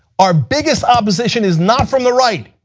our biggest opposition is not from the right,